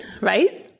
right